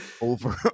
over